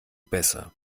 besser